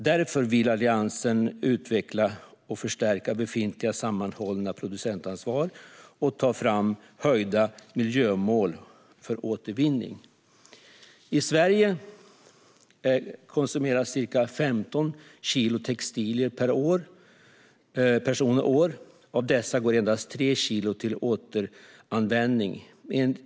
Därför vill Alliansen utveckla och förstärka befintliga sammanhållna producentansvar och ta fram höjda miljömål för återvinning. I Sverige konsumeras ca 15 kilo textilier per person och år. Av dessa går endast 3 kilo till återanvändning.